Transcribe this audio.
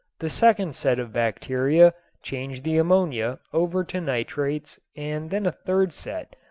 the second set of bacteria change the ammonia over to nitrites and then a third set,